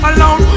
Alone